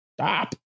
Stop